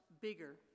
bigger